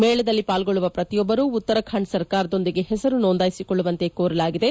ಮೇಳದಲ್ಲಿ ಪಾಲ್ಗೊಳ್ಳುವ ಪ್ರತಿಯೊಬ್ಬರು ಉತ್ತರಾಖಂಡ್ ಸರ್ಕಾರದೊಂದಿಗೆ ಹೆಸರು ನೋಂದಾಯಿಸಿಕೊಳ್ಳುವಂತೆ ಕೋರಲಾಗಿದೆ